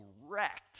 wrecked